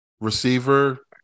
Receiver